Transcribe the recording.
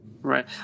Right